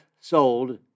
sold